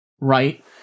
right